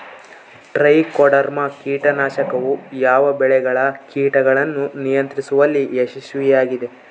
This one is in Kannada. ಟ್ರೈಕೋಡರ್ಮಾ ಕೇಟನಾಶಕವು ಯಾವ ಬೆಳೆಗಳ ಕೇಟಗಳನ್ನು ನಿಯಂತ್ರಿಸುವಲ್ಲಿ ಯಶಸ್ವಿಯಾಗಿದೆ?